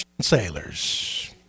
sailors